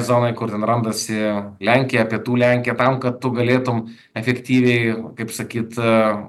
zonoj kur randasi lenkija pietų lenkija tam kad tu galėtum efektyviai kaip sakyt